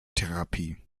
therapie